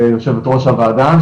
יושב ראש הוועדה,